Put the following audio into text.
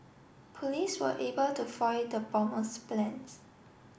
police were able to foil the bomber's plans